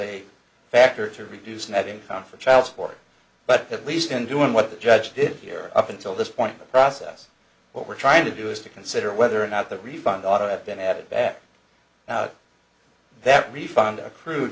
a factor to reduce net income for child support but at least in doing what the judge did here up until this point in the process what we're trying to do is to consider whether or not the refund ought to have been added that that refund accrued